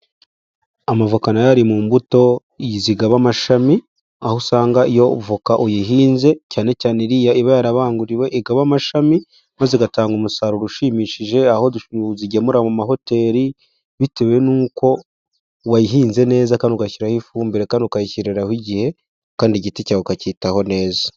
Amavokana na yo ari mu mbuto zigaba amashami, aho usanga iyo avoka uyihinze, cyane cyane iriya iba yarabanguriwe igaba amashami, maze igatanga umusaruro ushimishije. Aho uzigemura mu mahoteri bitewe nuko wayihinze neza kandi ugashyiraho ifumbire kandi ukayishyiriraho igihe, kandi igiti cyawe ukacyitaho neza.